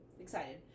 excited